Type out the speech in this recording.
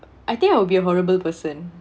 I think I will be a horrible person